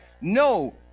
no